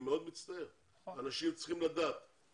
אנשים צריכים לדעת